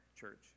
church